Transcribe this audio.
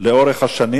לאורך השנים,